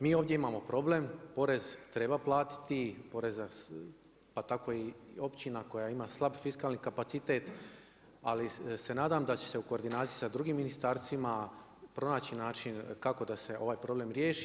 Mi ovdje imamo problem, porez treba platiti, pa tako i općina koja ima slab fiskalni kapacitet, ali se nadam, da će se u koordinaciji sa drugim Ministarstvima pronaći način kako da se ovaj problem riješi.